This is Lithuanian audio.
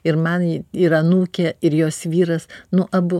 ir man ir anūkė ir jos vyras nu abu